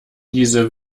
diese